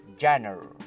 genre